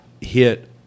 hit